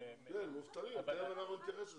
מובטלים ואנחנו נתייחס לזה.